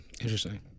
interesting